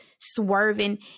swerving